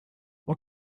what